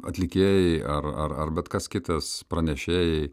atlikėjai ar ar ar bet kas kitas pranešėjai